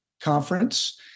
conference